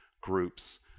groups